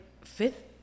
fifth